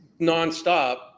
nonstop